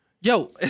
Yo